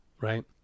Right